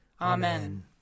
Amen